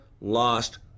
lost